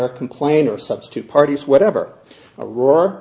our complain or substitute parties whatever a roar